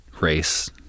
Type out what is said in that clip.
race